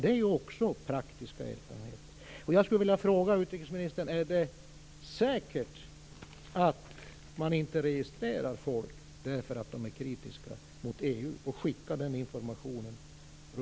Det är också praktiska erfarenheter.